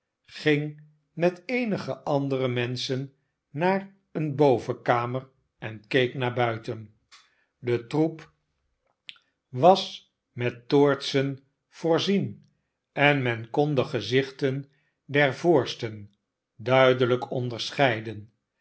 ging met eenige andere menschen naar eene bovenkamer en keek naar buiten de troep was met toortsen voorzien en men kon de gezichten der voorsten duidelijk onderscheiden